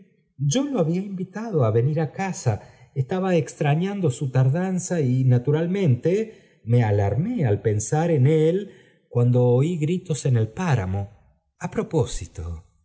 yo lo había invitado á venir á casa estaba extrañando su tardanza y naturalmente me alarmé al pensar en él cuando oí gritos en el propósito